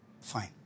Fine